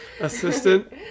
assistant